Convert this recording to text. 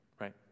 right